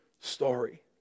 story